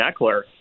Eckler